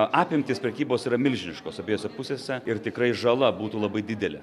apimtys prekybos yra milžiniškos abiejose pusėse ir tikrai žala būtų labai didelė